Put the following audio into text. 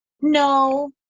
No